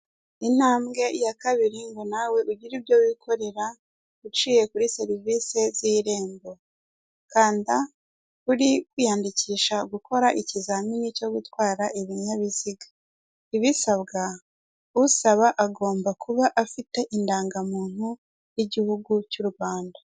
Intambwe ya kabiri ngo nawe ugire ibyo wikorera uciye kuri serivisi z'irembo kanda uri kwiyandikisha gukora ikizamini cyo gutwara ibinyabiziga ibisabwa usaba agomba kuba afite indangamuntu y'igihugu cy'u Rwanda.